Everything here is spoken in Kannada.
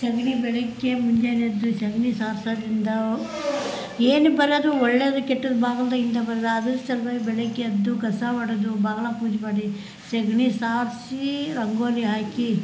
ಸಗಣಿ ಬೆಳಿಗ್ಗೆ ಮುಂಜಾನೆ ಎದ್ದು ಸಗಣಿ ಸಾರಿಸೋದ್ರಿಂದ ಏನೇ ಬರೋದು ಒಳ್ಳೆದು ಕೆಟ್ಟದ್ದು ಬಾಗಲದಾಗಿಂದ ಬರೋದ್ ಅದ್ರ ಸಲ್ವಾಗಿ ಬೆಳಿಗ್ಗೆ ಎದ್ದು ಕಸ ಹೊಡ್ದು ಬಾಗ್ಲು ಪೂಜೆ ಮಾಡಿ ಸಗ್ಣಿ ಸಾರಿಸಿ ರಂಗೋಲಿ ಹಾಕಿ